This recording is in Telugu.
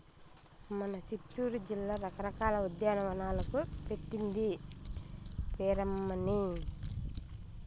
మన సిత్తూరు జిల్లా రకరకాల ఉద్యానవనాలకు పెట్టింది పేరమ్మన్నీ